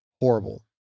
horrible